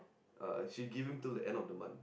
uh she give him till end of the month